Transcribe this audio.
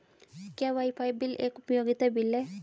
क्या wifi bill एक उपयोगिता बिल है?